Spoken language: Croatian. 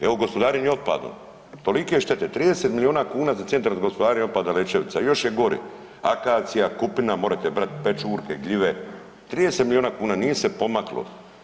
Evo, gospodarenje otpadom, tolike štete, 30 milijuna kuna za Centar za gospodarenje otpada Lećevica, još je gore akacija, kupina, morate brati pečurke, gljive, 30 milijuna kuna, nije se pomaklo.